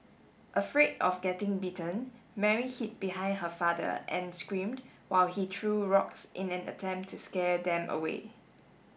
afraid of getting bitten Mary hid behind her father and screamed while he threw rocks in an attempt to scare them away